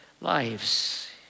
lives